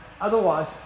Otherwise